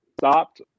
stopped